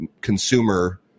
consumer